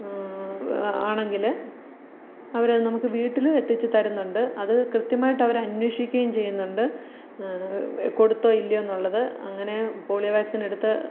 ആ ആണെങ്കില് അവരത് നമുക്ക് വീട്ടിലും എത്തിച്ച് തരുന്നുണ്ട് അത് കൃത്യമായിട്ട് അവര് അന്വേഷിക്കുകയും ചെയ്യുന്നുണ്ട് കൊടുത്തോ ഇല്ലയോന്നുള്ളത് അങ്ങനെ പോളിയോ വാക്സിൻ എടുത്ത്